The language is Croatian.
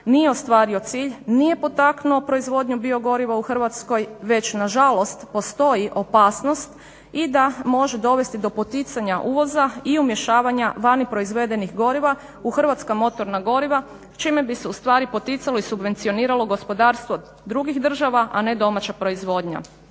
nije ostvario cilj, nije potaknu proizvodnju biogoriva u Hrvatskoj već nažalost postoji opasnost i da može dovesti do poticanja uvoza i umješavanja vani proizvedenih goriva u hrvatska motorna goriva čime bi se ustvari poticalo i subvencioniralo gospodarstvo drugih država, a ne domaća proizvodnja.